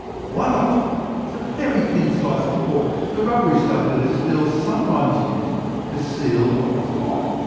one object was a very thin slice of cork the rubbery stuff that is still sometimes used to seal bottles of wine.